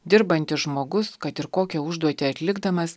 dirbantis žmogus kad ir kokią užduotį atlikdamas